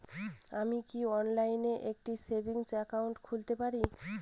আমি কি অনলাইন একটি সেভিংস একাউন্ট খুলতে পারি?